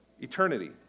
eternity